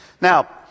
Now